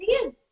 again